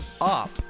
up